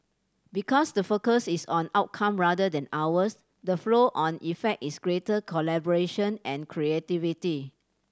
because the focus is on outcome rather than hours the flow on effect is greater collaboration and creativity